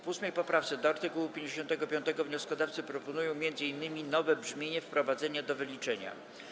W 8. poprawce do art. 55 wnioskodawcy proponują m.in. nowe brzmienie wprowadzenia do wyliczenia.